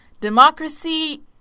democracy